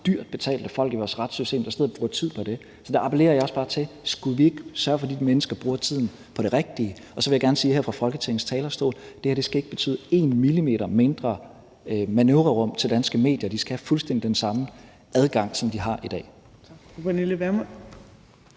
dyrt betalte folk i vores retssystem, der sidder og bruger tid på det. Så derfor appellerer jeg også bare til, om ikke vi skulle sørge for, at de mennesker bruger tiden på det rigtige. Så vil jeg gerne her fra Folketingets talerstol sige, at det her ikke skal betyde 1 mm mindre manøvrerum til danske medier, for de skal have fuldstændig den samme adgang, som de har i dag.